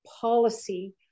policy